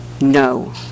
No